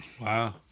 Wow